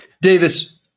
Davis